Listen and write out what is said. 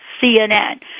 CNN